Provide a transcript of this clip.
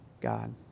God